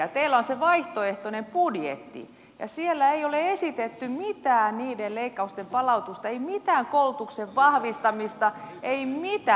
teillä on se vaihtoehtoinen budjetti ja siellä ei ole esitetty mitään niiden leikkausten palautusta ei mitään koulutuksen vahvistamista ei mitään